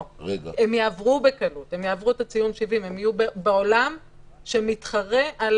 הם יעברו בקלות, הם יהיו בעולם שמתחרה על